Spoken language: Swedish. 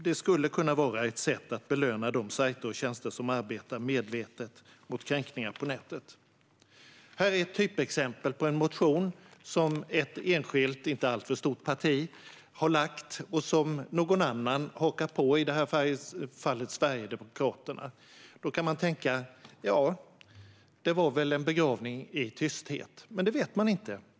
Detta skulle kunna vara ett sätt att belöna de sajter och tjänster som arbetar medvetet mot kränkningar på nätet. Detta är ett typexempel på en motion som ett enskilt, inte alltför stort, parti har lagt fram och som någon annan, i detta fall Sverigedemokraterna, har hakat på. Då kan man tänka att det väl var en begravning i tysthet. Men det vet man inte.